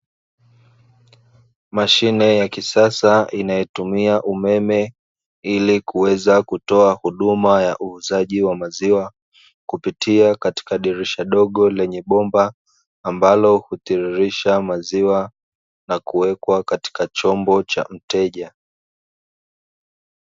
Mashine ya kisasa inayotumia umeme, ili kuweza kutoa huduma ya uuzaji wa maziwa, kupitia katika dirisha dogo lenye bomba ambalo hutiririsha maziwa na kuwekwa katika chombo cha mteja.